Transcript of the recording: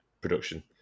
production